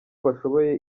bashoboye